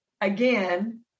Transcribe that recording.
again